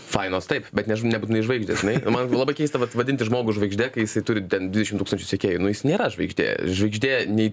fainos taip bet nebūtinai žvaigždės žinai man labai keista vat vadinti žmogų žvaigžde kai jisai turi ten dvidešim tūkstančių sekėjų nu jis nėra žvaigždė žvaigždė nei